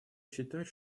считать